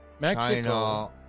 Mexico